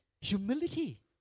humility